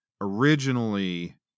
originally